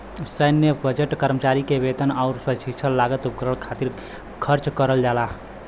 सैन्य बजट कर्मचारी क वेतन आउर प्रशिक्षण लागत उपकरण खातिर खर्च करल जाला